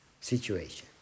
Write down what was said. situation